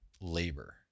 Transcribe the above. labor